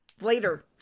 Later